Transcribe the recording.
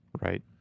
Right